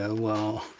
ah well.